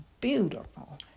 beautiful